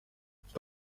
ufite